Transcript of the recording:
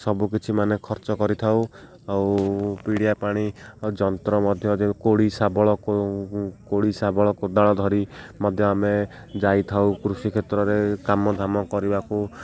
ସବୁକିଛି ମାନେ ଖର୍ଚ୍ଚ କରିଥାଉ ଆଉ ପିଡ଼ିଆ ପାଣି ଆଉ ଯନ୍ତ୍ର ମଧ୍ୟ ଯେ କୋଡ଼ି ଶାବଳ କୋଡ଼ି ଶାବଳ କୋଦାଳ ଧରି ମଧ୍ୟ ଆମେ ଯାଇଥାଉ କୃଷି କ୍ଷେତ୍ରରେ କାମଦାମ କରିବାକୁ